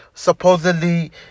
Supposedly